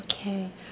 Okay